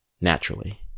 naturally